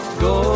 go